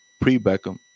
pre-Beckham